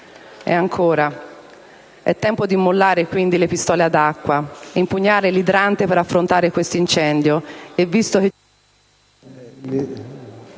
europea. È tempo di mollare, quindi, le pistole ad acqua e impugnare l'idrante per affrontare quest'incendio. E visto che...